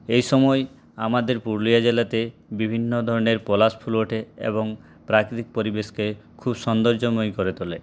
এই সময় আমাদের পুরুলিয়া জেলাতে বিভিন্ন ধরনের পলাশ ফুল ওঠে এবং প্রাকৃতিক পরিবেশকে খুব সৌন্দর্য্যময় করে তোলে